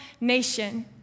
nation